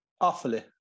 Awfully